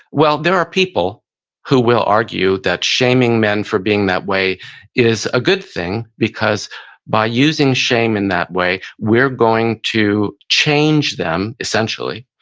there are people who will argue that shaming men for being that way is a good thing because by using shame in that way, we're going to change them essentially,